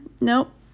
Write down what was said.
Nope